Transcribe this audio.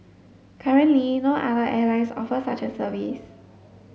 currently no other airlines offer such a service